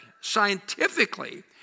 scientifically